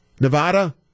Nevada